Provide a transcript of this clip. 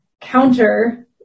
counter